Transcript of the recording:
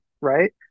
right